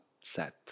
set